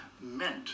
meant